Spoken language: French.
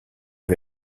vas